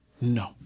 No